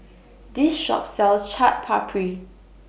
This Shop sells Chaat Papri